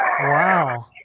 Wow